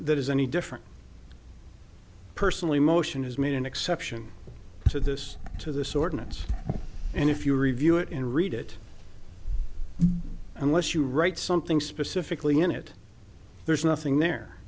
that is any different personally motion has made an exception to this to this ordinance and if you review it and read it unless you write something specifically in it there's nothing there